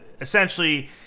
essentially